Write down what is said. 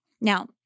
now